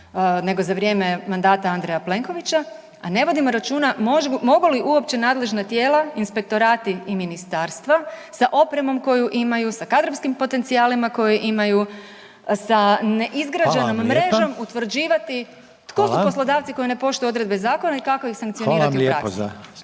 nego za vrijeme mandata Andreja Plenkovića, a ne vodimo računa mogu li uopće nadležna tijela, inspektorati i ministarstva sa opremom koju imaju, sa kadrovskim potencijalima koje imaju, sa neizgrađenom mrežom .../Upadica: Hvala vam lijepa. Hvala. /... utvrđivati tko su poslodavci koji ne poštuju odredbe zakona i kako ih sankcionirati